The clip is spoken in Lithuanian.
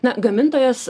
na gamintojas